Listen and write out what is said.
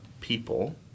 people